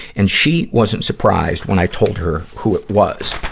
and she wasn't surprised when i told her who it was.